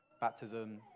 baptism